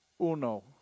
uno